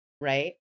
Right